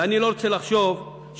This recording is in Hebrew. ואני לא רוצה לחשוב שכאן,